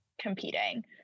competing